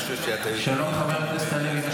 שלום, חבר הכנסת לוי.